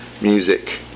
music